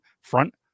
front